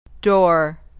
Door